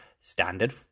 standard